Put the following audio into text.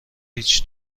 هیچ